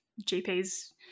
GPs